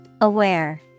Aware